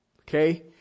okay